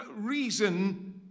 reason